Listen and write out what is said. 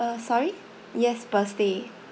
uh sorry yes per stay